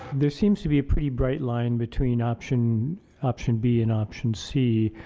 there seems to be a pretty bright line between option option b and option c.